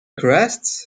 crests